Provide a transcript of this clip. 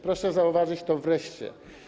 Proszę zauważyć to „wreszcie”